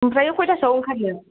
ओमफ्राय खयथासोआव ओंखारनो